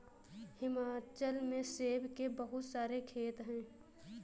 हिमाचल में सेब के बहुत सारे खेत हैं